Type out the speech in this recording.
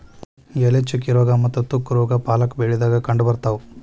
ಎಲೆ ಚುಕ್ಕಿ ರೋಗಾ ಮತ್ತ ತುಕ್ಕು ರೋಗಾ ಪಾಲಕ್ ಬೆಳಿದಾಗ ಕಂಡಬರ್ತಾವ